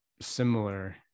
similar